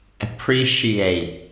appreciate